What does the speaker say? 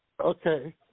Okay